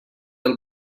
del